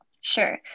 Sure